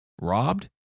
Robbed